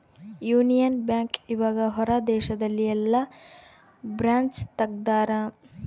Union bank ಇವಗ ಹೊರ ದೇಶದಲ್ಲಿ ಯೆಲ್ಲ ಬ್ರಾಂಚ್ ತೆಗ್ದಾರ